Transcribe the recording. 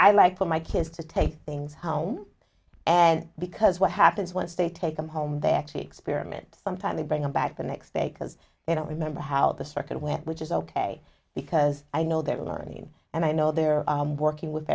i like for my kids to take things home because what happens once they take them home they actually experiment sometimes they bring them back the next day because they don't remember how the structure went which is ok because i know they're learning and i know they're working with